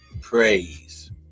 praise